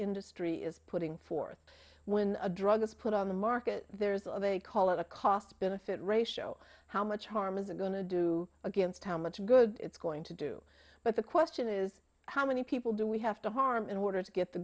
industry is putting forth when a drug is put on the market there's of a call of a cost benefit ratio how much harm is it going to do against how much good it's going to do but the question is how many people do we have to harm in order to get the